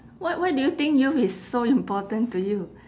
what why do you think youth is so important to you